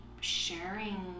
sharing